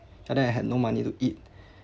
and then I had no money to eat